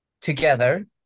together